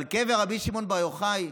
אבל קבר רבי שמעון בר יוחאי,